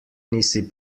nisi